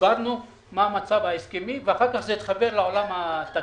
הסברנו מה המצב ההסכמי ואחר כך זה התחבר לעולם התקציבי.